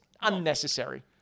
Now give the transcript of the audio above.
unnecessary